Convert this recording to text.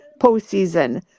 postseason